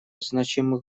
значимых